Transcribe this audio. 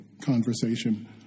conversation